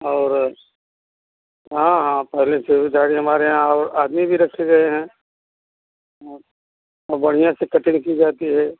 और हाँ हाँ पहले हमारे यहाँ और आदमी भी रखे गए हैं और बढ़िया से कटिंग की जाती है